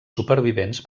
supervivents